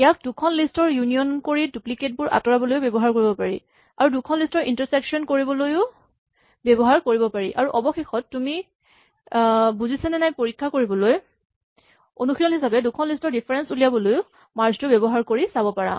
ইয়াক দুখন লিষ্ট ৰ ইউনিয়ন কৰি ডুপ্লিকেট বোৰ আঁতৰাবলৈয়ো ব্যৱহাৰ কৰিব পাৰি আৰু দুখন লিষ্ট ৰ ইন্টাৰচেক্চন কৰিবলৈয়ো ব্যৱহাৰ কৰিব পাৰি আৰু অৱশেষত তুমি বুজিছানে পৰীক্ষা কৰিবলৈ অনুশীলন হিচাপে দুখন লিষ্ট ৰ ডিফাৰেঞ্চ ওলিয়াবলৈ মাৰ্জ টো ব্যৱহাৰ কৰি চাব পাৰা